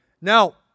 Now